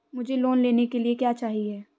मुझे लोन लेने के लिए क्या चाहिए?